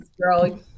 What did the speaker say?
girl